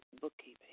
bookkeeping